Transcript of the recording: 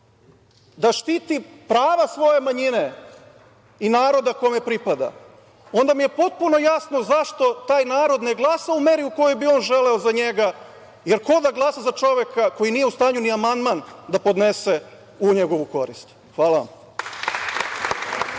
da štiti prava svoje manjine i naroda kome pripada onda mi je potpuno jasno zašto taj narod ne glasa u meri u kojoj bi on želeo za njega, jer ko da glasa za čoveka koji nije u stanju ni amandman da podnese u njegovu korist. Hala vam.